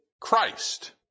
Christ